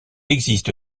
existe